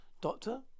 Doctor